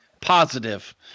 positive